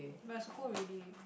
but I circle already